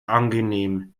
angenehm